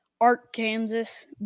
Arkansas